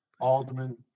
Alderman